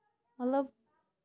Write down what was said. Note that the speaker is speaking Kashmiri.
مطلب